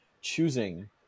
choosing